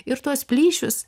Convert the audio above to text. ir tuos plyšius